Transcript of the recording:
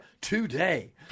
today